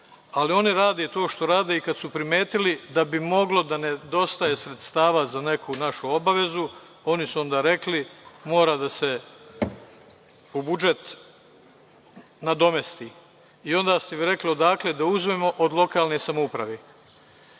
Ali oni rade to što rade i kad su primetili da bi moglo da nedostaje sredstava za neku našu obavezu, oni su onda rekli, mora da se u budžet nadomesti i onda ste vi rekli – odakle da uzmemo? Od lokalnih samouprava. Ponekad